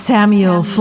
Samuel